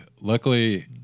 Luckily